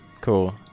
cool